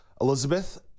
Elizabeth